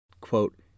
Quote